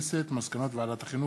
מסקנות ועדת החינוך,